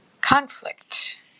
conflict